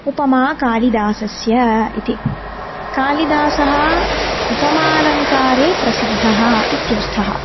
उपमा कालिदासस्य इति कालिदासः उपमालङ्कारे प्रसिद्धः इत्यर्थः